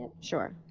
Sure